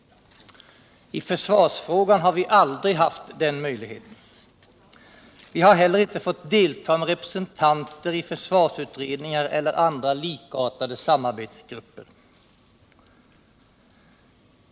I försvarsfrågan har vi aldrig haft den möjligheten. Vi har heller inte fått delta med representanter i försvarsutredningar eller andra likartade samarbetsgrupper.